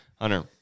Hunter